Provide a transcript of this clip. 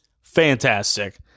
Fantastic